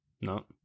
No